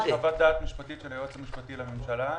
יש חוות דעת משפטית של היועץ המשפטי לממשלה,